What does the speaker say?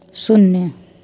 शून्य